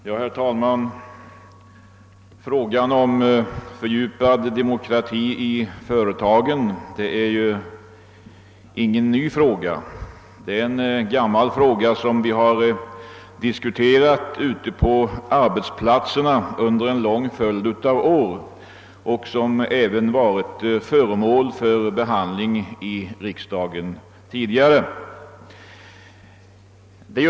Herr talman! Frågan om fördjupad demokrati i företagen är inte ny — den har diskuterats ute på arbetsplatserna under en lång följd av år och har även varit föremål för behandling i riksdagen tidigare.